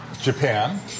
Japan